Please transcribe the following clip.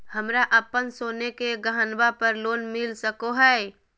हमरा अप्पन सोने के गहनबा पर लोन मिल सको हइ?